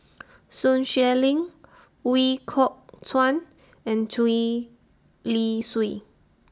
Sun Xueling Ooi Kok Chuen and Gwee Li Sui